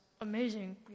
amazing